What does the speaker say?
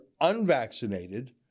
unvaccinated